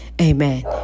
Amen